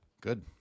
Good